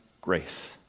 grace